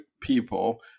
people